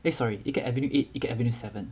eh sorry 一个 avenue eight 一个 avenue seven